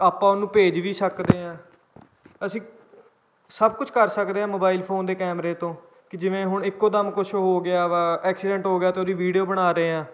ਆਪਾਂ ਉਹਨੂੰ ਭੇਜ ਵੀ ਸਕਦੇ ਹਾਂ ਅਸੀਂ ਸਭ ਕੁਝ ਕਰ ਸਕਦੇ ਹਾਂ ਮੋਬਾਈਲ ਫੋਨ ਦੇ ਕੈਮਰੇ ਤੋਂ ਕਿ ਜਿਵੇਂ ਹੁਣ ਇੱਕੋ ਦਮ ਕੁਛ ਹੋ ਗਿਆ ਵਾ ਐਕਸੀਡੈਂਟ ਹੋ ਗਿਆ ਅਤੇ ਉਹਦੀ ਵੀਡੀਓ ਬਣਾ ਰਹੇ ਹਾਂ